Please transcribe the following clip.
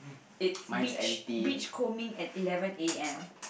it's beach beach combing at eleven A_M